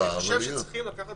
צריכים לקחת